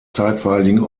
zeitweiligen